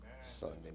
Sunday